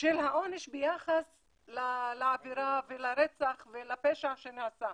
של העונש ביחס לעבירה ולרצח ולפשע שנעשה.